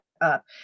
up